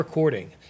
recording